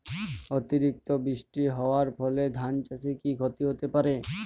অতিরিক্ত বৃষ্টি হওয়ার ফলে ধান চাষে কি ক্ষতি হতে পারে?